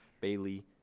Bailey